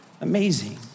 Amazing